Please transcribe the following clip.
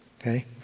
okay